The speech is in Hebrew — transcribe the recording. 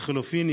לחלופין,